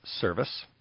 service